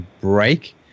break